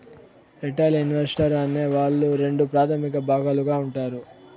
retail investor అనే వాళ్ళు రెండు ప్రాథమిక భాగాలుగా ఉంటారు